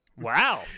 Wow